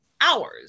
hours